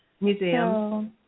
Museum